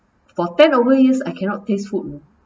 for ten over years I cannot taste food eh